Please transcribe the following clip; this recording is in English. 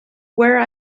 where